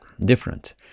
different